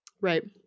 Right